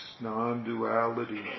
non-duality